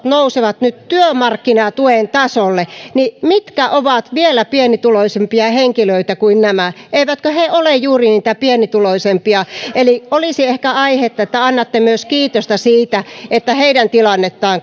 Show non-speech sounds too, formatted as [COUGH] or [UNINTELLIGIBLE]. [UNINTELLIGIBLE] nousevat nyt työmarkkinatuen tasolle niin ketkä ovat vielä pienituloisempia henkilöitä kuin nämä eivätkö he ole juuri niitä pienituloisimpia eli olisi ehkä aihetta että annatte myös kiitosta siitä että heidän tilannettaan